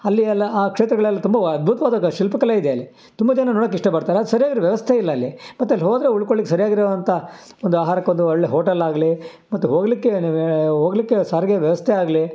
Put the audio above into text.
ಅಲ್ಲಿ ಎಲ್ಲ ಆ ಕ್ಷೇತ್ರಗಳಲ್ಲಿ ತುಂಬ ಅದ್ಬುತವಾದ ಶಿಲ್ಪಕಲೆ ಇದೆ ಅಲ್ಲಿ ತುಂಬ ಜನ ನೋಡಕ್ಕೆ ಇಷ್ಟಪಡ್ತಾರೆ ಅದು ಸರಿಯಾಗಿರೋ ವ್ಯವಸ್ಥೆ ಇಲ್ಲ ಅಲ್ಲಿ ಮತ್ತಲ್ಲಿ ಹೋದರೆ ಉಳ್ಕೊಳ್ಳಿಕ್ಕೆ ಸರಿಯಾಗಿರು ಅಂಥ ಒಂದು ಆಹಾರಕ್ಕೊಂದು ಒಳ್ಳೆ ಹೋಟಲ್ ಆಗಲಿ ಮತ್ತು ಹೋಗಲಿಕ್ಕೆ ನೀವೇ ಹೋಗ್ಲಿಕ್ಕೆ ಸಾರಿಗೆ ವ್ಯವಸ್ಥೆ ಆಗಲಿ